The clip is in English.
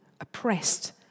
oppressed